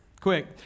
Quick